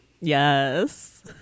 Yes